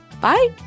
Bye